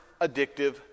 addictive